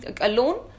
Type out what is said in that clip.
alone